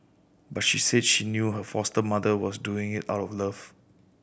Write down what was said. but she said she knew her foster mother was doing it out of love